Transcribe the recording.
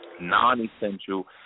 non-essential